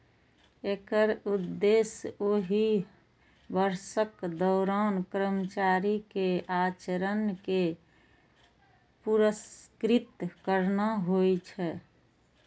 एकर उद्देश्य ओहि वर्षक दौरान कर्मचारी के आचरण कें पुरस्कृत करना होइ छै